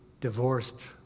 divorced